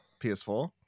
PS4